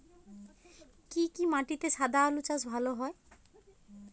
কি কি মাটিতে সাদা আলু চাষ ভালো হয়?